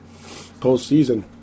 postseason